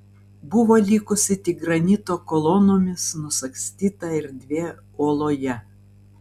buvo likusi tik granito kolonomis nusagstyta erdvė uoloje